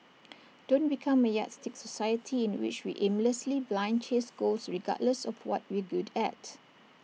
don't become A yardstick society in which we aimlessly blind chase goals regardless of what we're good at